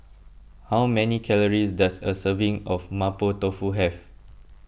how many calories does a serving of Mapo Tofu have